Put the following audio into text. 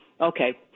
Okay